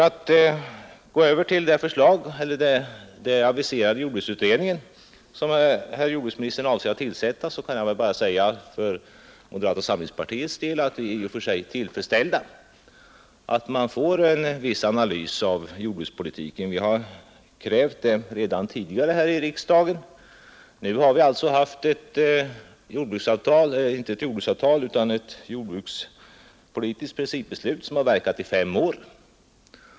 Inom moderata samlingspartiet finner vi det tillfredsställande att jordbruksministern avser att tillsätta en jordbruksutredning. På det sättet kan vi få en analys av jordbrukspolitiken. En sådan har vi krävt tidigare här i riksdagen. Nu har vi haft ett jordbrukspolitiskt principbeslut som har verkat i fem år.